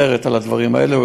סרט על הדברים האלה,